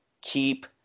keep